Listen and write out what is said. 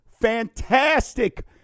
fantastic